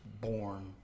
born